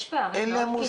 יש פערים חיצוניים.